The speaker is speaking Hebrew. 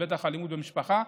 ובטח אלימות במשפחה,